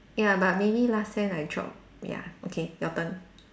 ya but maybe last sem I drop ya okay your turn